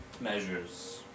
measures